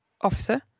Officer